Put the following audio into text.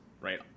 right